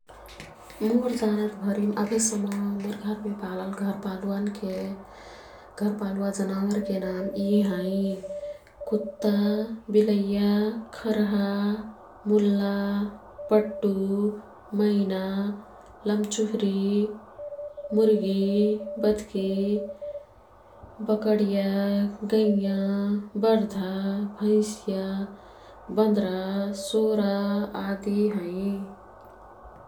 मोर् जनात भरिम अभेसम्म मोर् घरमे पालल घरपालुवान् के घरपालुवा जनावरके नाम यी हैं। कुत्ता, बिलैया, खर्हा, मुल्ला, पट्टु, मैना, लम्चुहरी, मुर्गी, बत्की, बकड़िया, गैयाँ, बर्धा, भैंसिया, बन्दरा, सोरा आदि हैं।